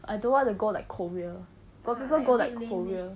I don't want to go like korea got people go like korea